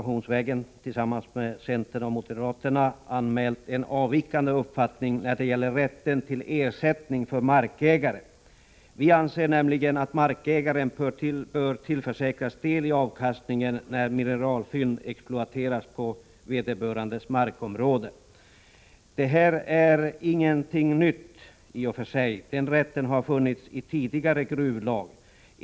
Tillsammans med centern och moderaterna har vi anmält en avvikande uppfattning när det gäller markägares rätt till ersättning. Vi anser nämligen att markägaren bör tillförsäkras del i avkastningen när mineralfynd exploateras på vederbörandes markområde. I och för sig är det här ingenting nytt. Den rätten har funnits i tidigare gruvlag.